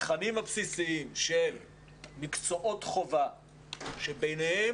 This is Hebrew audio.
התכנים הבסיסיים של מקצועות חובה ביניהם,